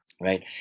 Right